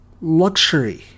luxury